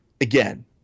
again